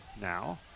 now